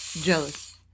jealous